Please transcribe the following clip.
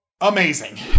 Amazing